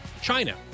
China